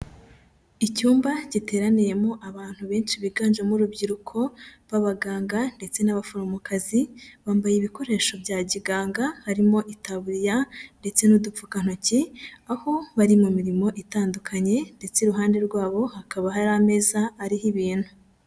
Icyumba giteraniyemo abantu benshi biganjemo urubyiruko b'abaganga ndetse n'abaforomokazi, bambaye ibikoresho bya kiganga harimo itabuya ndetse n'udupfukantoki, aho bari mu mirimo itandukanye ndetse iruhande rwabo hakaba hari ameza ariho ibintu.